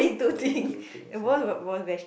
holding two things ya